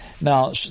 Now